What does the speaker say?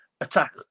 attack